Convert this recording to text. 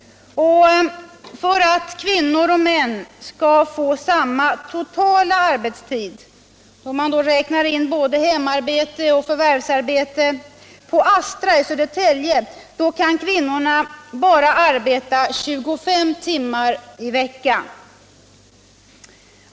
För att kvinnor och män skall få samma totala arbetstid, inräknat både hemarbete och förvärvsarbetet, kan kvinnorna på Astra i Södertälje bara arbeta 25 timmar i veckan.